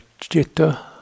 jitta